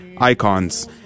icons